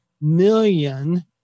million